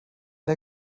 der